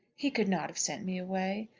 he could not have sent me away.